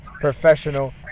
professional